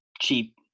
cheap